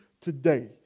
today